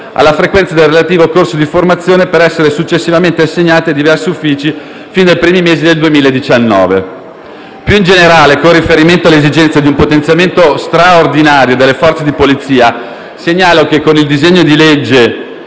alla frequenza del relativo corso di formazione per essere successivamente assegnate ai diversi uffici fin dai primi mesi del 2019. Più in generale, con riferimento all'esigenza di un potenziamento straordinario delle Forze di polizia, segnalo che il disegno di legge